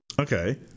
Okay